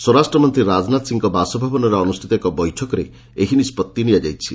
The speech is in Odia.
ସ୍ୱରାଷ୍ଟ୍ରମନ୍ତ୍ରୀ ରାଜନାଥ ସିଂଙ୍କ ବାସଭବନରେ ଅନୁଷ୍ଠିତ ଏକ ବୈଠକରେ ଏହି ନିଷ୍ବଭି ନିଆଯାଇଛି